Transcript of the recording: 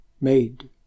made